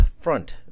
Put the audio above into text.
front